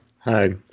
hi